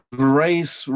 grace